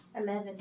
Eleven